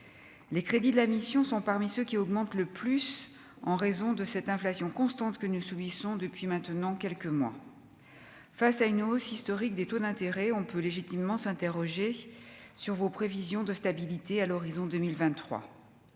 les crédits de la mission sont parmi ceux qui augmente le plus en raison de cette inflation constante que nous subissons depuis maintenant quelques mois face à une hausse historique des taux d'intérêt, on peut légitimement s'interroger sur vos prévisions de stabilité à l'horizon 2023,